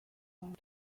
five